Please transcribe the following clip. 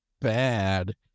bad